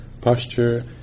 posture